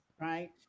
right